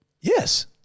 Yes